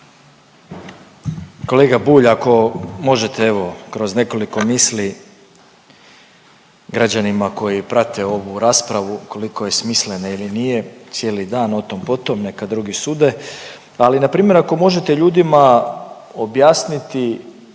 Kolega Bulj, ako možete, evo, kroz nekoliko misli građanima koji prate ovu raspravu, koliko je smislena ili nije, cijeli dan, o tom-potom, neka drugi sude, ali npr. ako možete ljudima objasniti